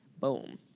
Boom